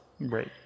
Right